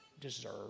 deserve